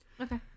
okay